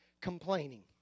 complaining